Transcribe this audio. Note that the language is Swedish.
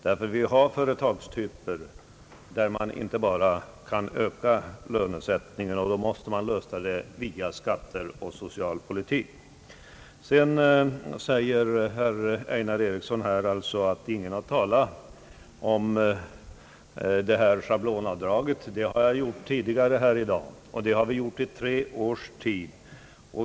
Vi har nämligen företagstyper där man inte bara kan öka lönesättningen, och då måste man lösa frågan via skatteoch socialpolitik. Herr Einar Eriksson säger, att ingen har talat om schablonavdraget. Det har jag gjort tidigare här i dag, och det har vi gjort i tre års tid.